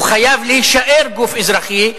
הוא חייב להישאר גוף אזרחי,